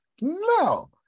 No